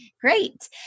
Great